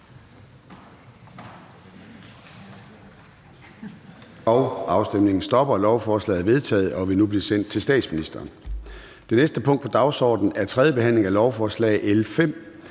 stemte 0]. Lovforslaget er vedtaget og vil nu blive sendt til statsministeren. --- Det næste punkt på dagsordenen er: 12) 3. behandling af lovforslag nr.